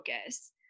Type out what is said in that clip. focus